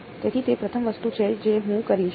તેથી તે પ્રથમ વસ્તુ છે જે હું કરીશ